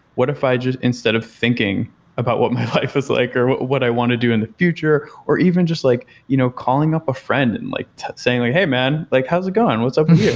what if i just, instead of thinking about what my life is like or what what i want to do in the future, or even just like you know calling up a friend and like saying like, hey, man. like how is it going? what's up with you?